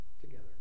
together